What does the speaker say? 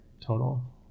total